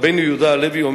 רבנו יהודה הלוי,